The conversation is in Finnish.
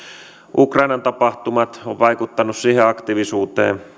ukrainan tapahtumat ovat vaikuttaneet siihen aktiivisuuteen